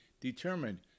determined